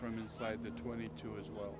from inside the twenty two as well